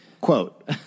Quote